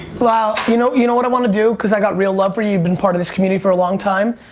lyle, you know you know what i want to do? cause i got real love for you, you've been a part of this community for a long time.